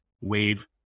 wave